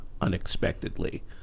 unexpectedly